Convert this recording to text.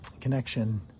connection